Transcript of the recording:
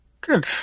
good